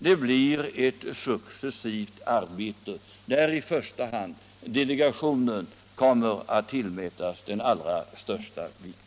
Det blir ett successivt arbete, där i första hand delegationen kommer att tillmätas den allra största vikten.